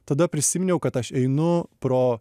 tada prisiminiau kad aš einu pro